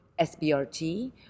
SBRT